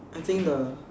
I think the